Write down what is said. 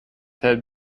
had